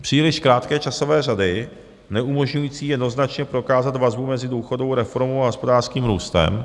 Příliš krátké časové řady neumožňující jednoznačně prokázat vazbu mezi důchodovou reformou a hospodářským růstem.